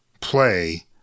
play